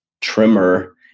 trimmer